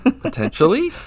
Potentially